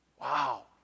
Wow